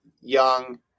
Young